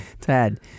Tad